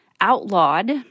outlawed